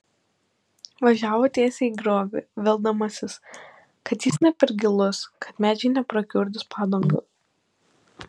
važiavo tiesiai į griovį vildamasis kad jis ne per gilus kad medžiai neprakiurdys padangų